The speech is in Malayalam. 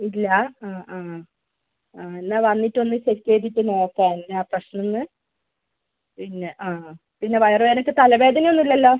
ഇല്ലേ ആ ആ ആ എന്നാൽ വന്നിട്ട് എന്നാൽ ചെക്ക് ചെയ്തിട്ടൊന്ന് നോക്കാം എന്താണ് പ്രശ്നം എന്ന് പിന്നെ ആ പിന്നെ വയർ വേദനയ്ക്ക് തലവേദനയൊന്നും ഇല്ലല്ലോ